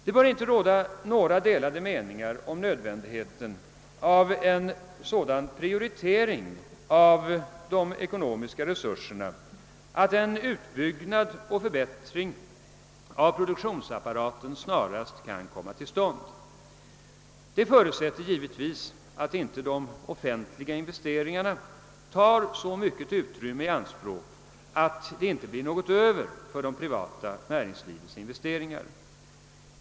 Det bör inte råda några delade meningar om nödvändigheten av en sådan prioritering av de ekonomiska resurserna, att en utbyggnad och en förbättring av produktionsapparaten snarast kan komma till stånd. Det förutsätter givetvis att inte de offentliga investeringarna tar så mycket utrymme i anspråk att det inte blir något över för det privata näringslivets investeringar.